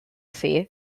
thi